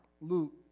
Luke